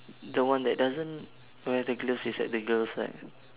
the one that doesn't wear the gloves is at the girls' side